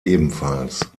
ebenfalls